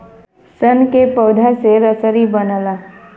सन के पौधा से रसरी बनला